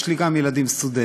יש לי גם ילדים סטודנטים,